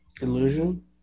Illusion